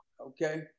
Okay